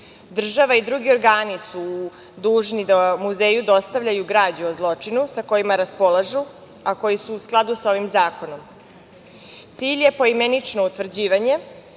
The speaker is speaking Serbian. država i drugi organi su dužni da muzeju dostavljaju građu o zločinu kojom raspolažu, a koji su u skladu sa ovim zakonom. Cilj je poimenično utvrđivanje